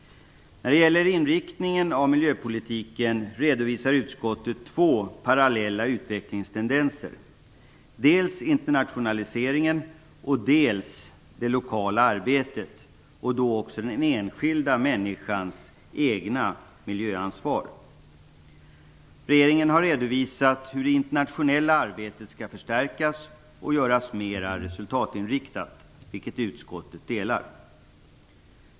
När det gäller inriktningen av miljöpolitiken redovisar utskottet två parallella utvecklingstendenser, dels internationaliseringen och dels det lokala arbetet, då också den enskilda människans egna miljöansvar. Regeringen har redovisat hur det internationella arbetet skall förstärkas och göras mera resultatinriktat. Utskottet delar dessa synpunkter.